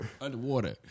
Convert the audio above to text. Underwater